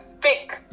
fake